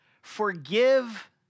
forgive